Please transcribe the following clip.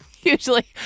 Usually